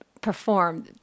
perform